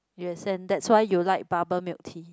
you will send that's why you like bubble milk tea